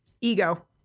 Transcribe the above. Ego